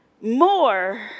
more